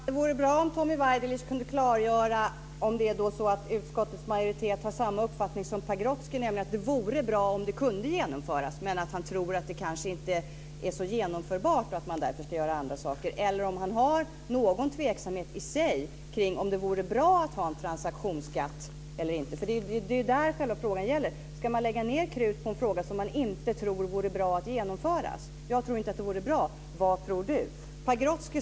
Fru talman! Det vore bra om Tommy Waidelich kunde klargöra om utskottets majoritet har samma uppfattning som Pagrotsky, nämligen att det vore bra om en transaktionsskatt kunde genomföras men att det inte är så genomförbart, och därför bör man göra andra saker. Eller hyser Tommy Waidelich någon tveksamhet inför om det vore bra att ha en transaktionsskatt eller inte? Det är detta som frågan gäller. Ska man lägga ned krut på en fråga som man inte tror att det vore bra om den genomfördes? Jag tror inte att det vore bra. Vad tror Tommy Waidelich?